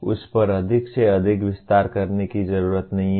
उस पर अधिक से अधिक विस्तार करने की जरूरत नहीं है